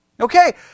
Okay